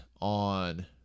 on